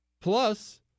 Plus